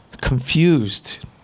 confused